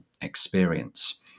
experience